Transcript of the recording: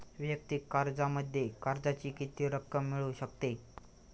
वैयक्तिक कर्जामध्ये कर्जाची किती रक्कम मिळू शकते?